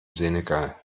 senegal